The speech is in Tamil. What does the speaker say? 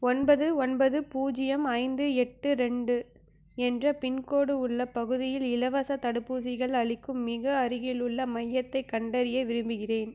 ஒன்பது ஒன்பது பூஜ்ஜியம் ஐந்து எட்டு ரெண்டு என்ற பின்கோடு உள்ள பகுதியில் இலவசத் தடுப்பூசிகள் அளிக்கும் மிக அருகிலுள்ள மையத்தைக் கண்டறிய விரும்புகிறேன்